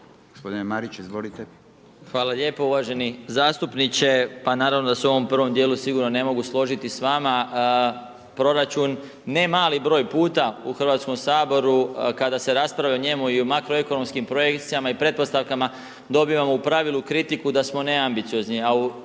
izvolite. **Marić, Zdravko** Hvala lijepo. Uvaženi zastupniče, pa naravno da se u ovom prvom dijelu sigurno ne mogu složiti s vama, proračun ne mali broj puta u Hrvatskom saboru, kada se raspravlja o njemu i o makroekonomskim projekcijama i pretpostavkama dobivamo u pravilu kritiku da smo neambiciozni, a u i